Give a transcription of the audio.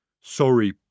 Sorry